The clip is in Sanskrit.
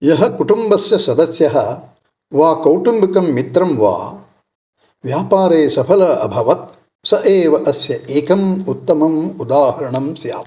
यः कुटुम्बस्य सदस्यः वा कौटुम्बिकं मित्रं वा व्यापारे सफलः अभवत् स एव अस्य एकम् उत्तमम् उदाहरणं स्यात्